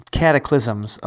cataclysms